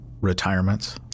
retirements